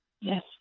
Yes